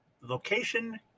Location